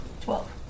Twelve